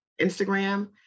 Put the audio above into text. instagram